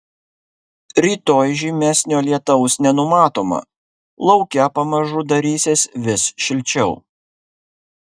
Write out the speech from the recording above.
rytoj žymesnio lietaus nenumatoma lauke pamažu darysis vis šilčiau